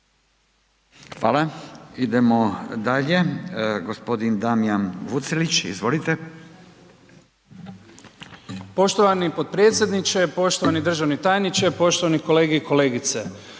Hvala. Idemo dalje. Gospodin Damjan Vucelić. Izvolite.